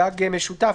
גג משותף,